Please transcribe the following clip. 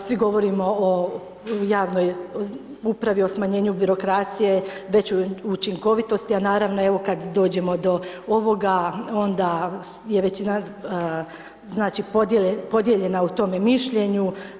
Svi govorimo o javnoj upravi o smanjenju birokracije, većoj učinkovitosti, a naravno kada dođemo do ovoga, onda je većina znači podijeljena u tome mišljenju.